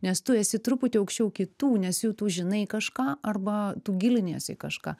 nes tu esi truputį aukščiau kitų nes jų tu žinai kažką arba tu gilinies į kažką